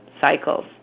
cycles